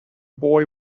boy